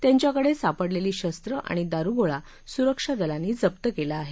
त्यांच्याकडे सापडलेली शस्त्रं आणि दारुगोळा सुरक्षा दलांनी जप्त केला आहे